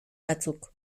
batzuk